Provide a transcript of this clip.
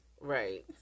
right